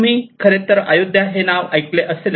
तुम्ही खरे तर आयोध्या नाव ऐकले असेल